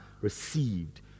received